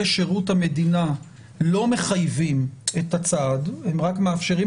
שירות המדינה לא מחייבים את הצעד אלא הם רק מאפשרים